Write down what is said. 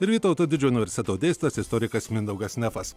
ir vytauto didžiojo universiteto dėstytojas istorikas mindaugas nefas